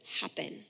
happen